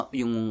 yung